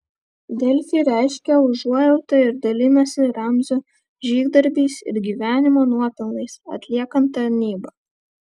delfi reiškia užuojautą ir dalinasi ramzio žygdarbiais ir gyvenimo nuopelnais atliekant tarnybą